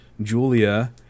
Julia